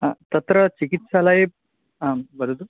आम् तत्र चिकित्सालये आम् वदतु